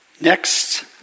next